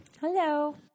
Hello